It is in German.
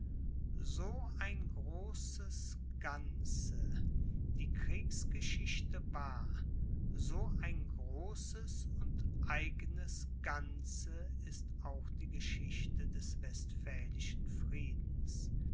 so ein großes ganze die kriegsgeschichte war so ein großes und eignes ganze ist auch die geschichte des westfälischen friedens